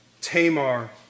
Tamar